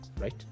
right